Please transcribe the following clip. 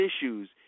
issues